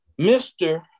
Mr